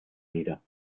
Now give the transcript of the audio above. nieder